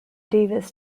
davis